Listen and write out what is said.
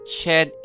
shed